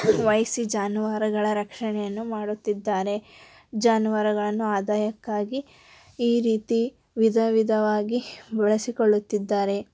ವಹಿಸಿ ಜಾನುವಾರುಗಳ ರಕ್ಷಣೆಯನ್ನು ಮಾಡುತ್ತಿದ್ದಾರೆ ಜಾನುವಾರುಗಳನ್ನು ಆದಾಯಕ್ಕಾಗಿ ಈ ರೀತಿ ವಿಧ ವಿಧವಾಗಿ ಬಳಸಿಕೊಳ್ಳುತ್ತಿದ್ದಾರೆ